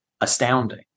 astounding